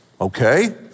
okay